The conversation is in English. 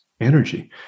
energy